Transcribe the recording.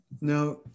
Now